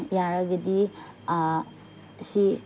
ꯌꯥꯔꯒꯗꯤ ꯑꯁꯤ